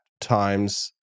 times